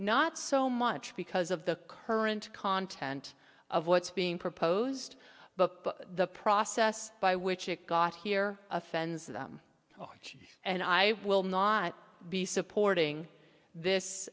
not so much because of the current content of what's being proposed but the process by which it got here offends them and i will not be supporting this